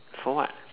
for what